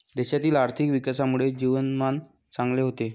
देशातील आर्थिक विकासामुळे जीवनमान चांगले होते